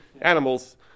animals